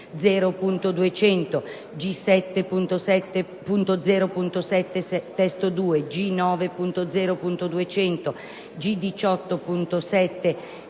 Grazie,